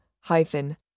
Hyphen